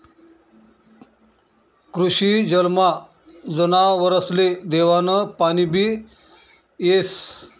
कृषी जलमा जनावरसले देवानं पाणीबी येस